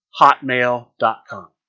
hotmail.com